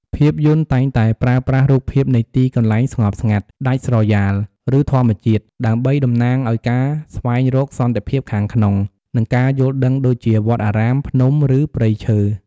ភាពយន្តតែងតែប្រើប្រាស់រូបភាពនៃទីកន្លែងស្ងប់ស្ងាត់ ដាច់ស្រយាល ឬធម្មជាតិ ដើម្បីតំណាងឱ្យការស្វែងរកសន្តិភាពខាងក្នុង និងការយល់ដឹងដូចជាវត្តអារាម ភ្នំ ឬព្រៃឈើ។